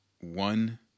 one